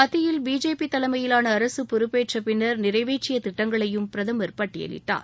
மத்தியில் பிஜேபி தலைமையிலாள அரசு பொறுப்பேற்ற பின்னர் நிறைவேற்றிய திட்டங்களையும் பிரதமர் பட்டியலிட்டார்